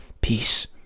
peace